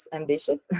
ambitious